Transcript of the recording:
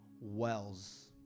Wells